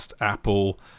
Apple